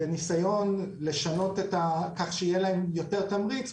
בניסיון לשנות כך שיהיה להם יותר תמריץ,